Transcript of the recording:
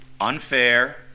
unfair